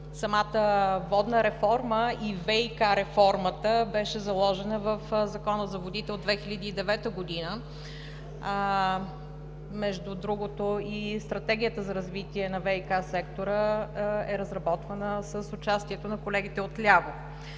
водите. Водната реформа и ВиК реформата беше заложена в Закона за водите от 2009 г. Между другото, и Стратегията за развитие на ВиК сектора е разработвана с участието на колегите отляво.